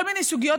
כל מיני סוגיות,